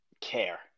care